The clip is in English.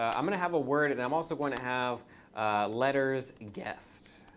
ah i'm going to have a word, and i'm also going to have letters guessed.